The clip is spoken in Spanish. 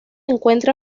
encuentra